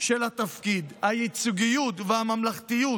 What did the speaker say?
של התפקיד, הייצוגיות והממלכתיות